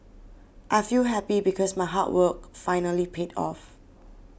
I feel happy because my hard work finally paid off